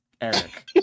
Eric